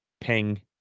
Ping